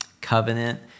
covenant